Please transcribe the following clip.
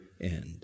end